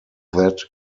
that